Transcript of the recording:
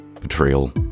betrayal